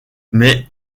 mais